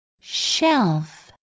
Shelf